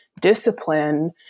discipline